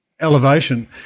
elevation